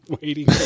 waiting